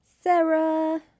Sarah